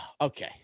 okay